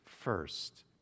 first